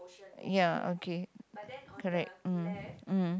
ya okay correct mm mm